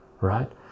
right